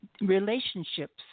Relationships